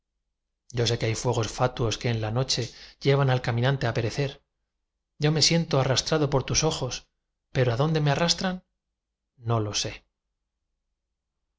yo sé que hay fuegos fatuos que en la noche llevan al caminante á perecer yo me siento arrastrado por tus ojos pero adónde me arrastran no lo sé